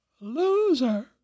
loser